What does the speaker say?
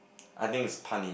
I think it's punny